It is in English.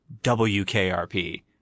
WKRP